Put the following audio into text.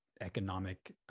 economic